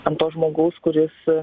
ant to žmogaus kuris